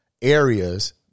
Areas